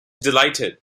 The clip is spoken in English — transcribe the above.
delighted